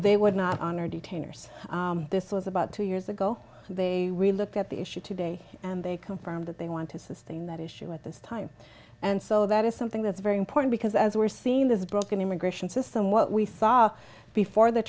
they would not honor detainers this was about two years ago they really looked at the issue today and they confirmed that they want to sustain that issue at this time and so that is something that's very important because as we're seeing this broken immigration system what we saw before the